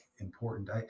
important